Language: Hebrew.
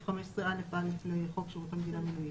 15א(א) לחוק שירות המדינה (מינויים).